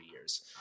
years